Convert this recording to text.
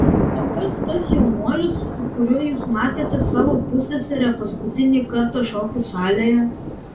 o kas tas jaunuolis su kuriuo jūs matėte savo pusseserę paskutinį kartą šokių salėje